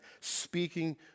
speaking